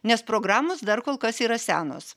nes programos dar kol kas yra senos